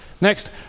Next